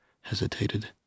hesitated